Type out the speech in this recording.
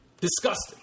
Disgusting